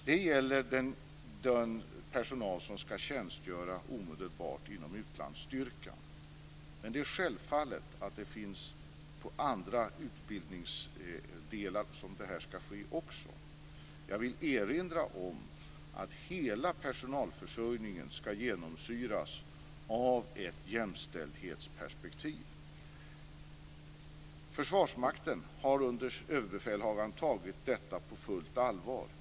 Det gäller den personal som ska tjänstgöra omedelbart inom utlandsstyrkan. Men det är självfallet att det här också ska ske på andra utbildningsdelar. Jag vill erinra om att hela personalförsörjningen ska genomsyras av ett jämställdhetsperspektiv. Försvarsmakten har under överbefälhavaren tagit detta på fullt allvar.